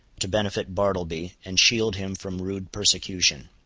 to benefit bartleby, and shield him from rude persecution.